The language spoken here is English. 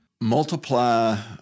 Multiply